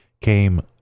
came